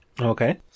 Okay